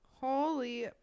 holy